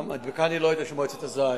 אני לא יודע על המדבקה של מועצת הזית.